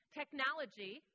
technology